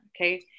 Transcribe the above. Okay